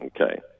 Okay